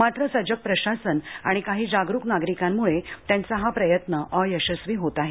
मात्र सजग प्रशासन आणि काही जागरूक नागरिकांम्ळे त्यांचा हा प्रयत्न अयशस्वी होत आहे